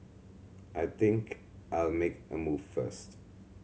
I think I'll make a move first